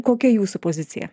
kokia jūsų pozicija